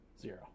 Zero